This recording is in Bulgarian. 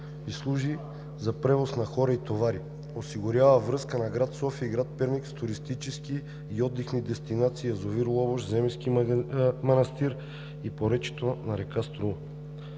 и служи за превоз на хора и товари, осигурява връзка на град София и град Перник с туристически и отдихни дестинации – язовир Лобуш, Земенски манастир и поречието на река Струма.